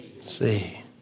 see